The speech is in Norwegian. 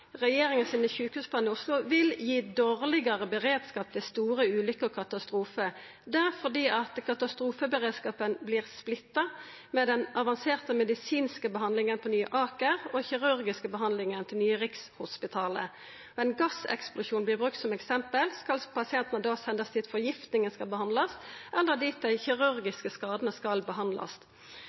regjeringa sine sjukehusplanar i Oslo vil gi dårlegare beredskap ved store ulykker og katastrofar, fordi katastrofeberedskapen vert splitta med den avanserte medisinske behandlinga til Nye Aker og den kirurgiske behandlinga til Nye Rikshospitalet. Ein gasseksplosjon vert brukt som eksempel – skal pasientane da «sendes dit forgiftninger behandles eller skal de dit de kirurgiske skadene